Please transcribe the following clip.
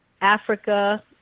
Africa